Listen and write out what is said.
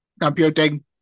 Computing